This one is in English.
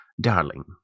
Darling